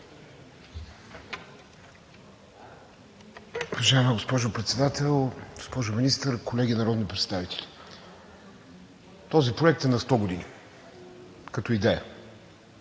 Уважаема госпожо Председател, госпожо Министър, колеги народни представители! Този проект е на 100 години като идея.